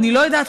אני לא יודעת,